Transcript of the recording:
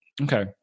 Okay